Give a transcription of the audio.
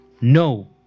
no